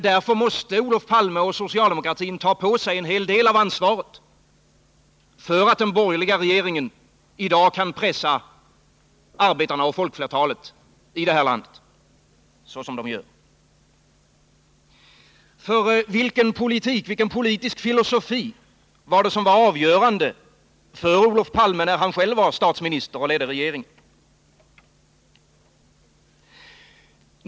Därför måste Olof Palme och socialdemokratin ta på sig en hel del av ansvaret för att den borgerliga regeringen i dag kan behandla arbetarna och folkflertalet i det här landet såsom den gör. Vilken politisk filosofi var avgörande för Olof Palme när han själv var statsminister och ledde regeringen?